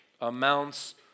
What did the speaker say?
amounts